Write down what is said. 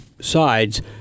sides